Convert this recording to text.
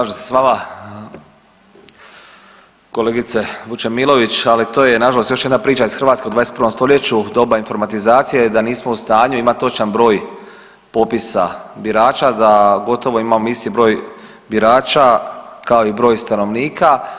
Slažem se s vama kolegice Vučemilović, ali to je nažalost još jedna priča iz Hrvatske u 21. stoljeću, doba informatizacije da nismo u stanju imat točan broj popisa birača, da gotovo imamo isti broj birača kao i broj stanovnika.